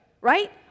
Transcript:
right